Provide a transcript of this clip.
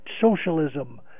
socialism